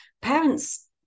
parents